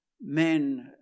men